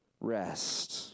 rest